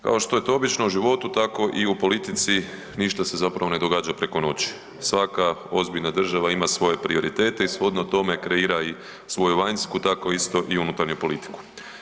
Kao što je to obično u životu tako i u politici ništa se zapravo ne događa preko noći, svaka ozbiljna država ima svoje prioritete i shodno tome kreira svoju vanjsku tako isto i unutarnju politiku.